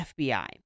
FBI